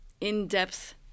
in-depth